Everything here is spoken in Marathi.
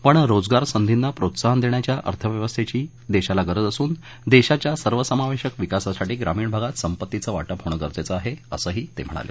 पण रोजगार संधींना प्रोत्साहन देण्या या अर्थव्यवस्थेची देशाला गरज असून देशाच्या सर्व समावेशक विकासाठी ग्रामीण भागात संपत्तीचं वाटप होणं गरजेचं आहे असंही ते म्हणाले